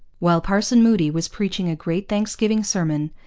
while parson moody was preaching a great thanksgiving sermon,